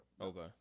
Okay